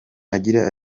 agira